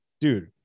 dude